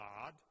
God